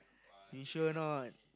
you sure not